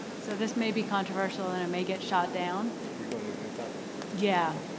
so this may be controversial and it may get shot down. you're going to a new topic or. yeah.